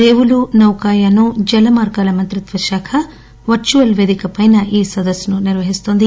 రేవులు నౌకాయానం జల మార్గాల మంత్రిత్వశాఖ వర్చువల్ వేదికపైన ఈ సదస్సును నిర్వహిస్తోంది